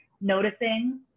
noticing